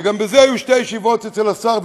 שגם על זה היו שתי ישיבות אצל השר,